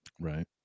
Right